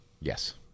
Yes